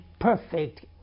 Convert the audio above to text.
perfect